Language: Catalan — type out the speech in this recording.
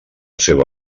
seva